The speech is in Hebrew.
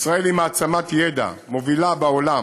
ישראל היא מעצמת ידע מובילה בעולם